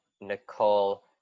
Nicole